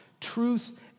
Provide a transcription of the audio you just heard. Truth